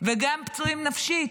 וגם פצועים נפשית.